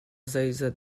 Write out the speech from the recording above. zeizat